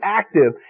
active